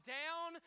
down